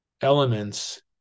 elements